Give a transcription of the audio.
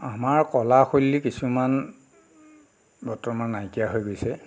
আমাৰ কলা শৈলী কিছুমান বৰ্তমান নাইকিয়া হৈ গৈছে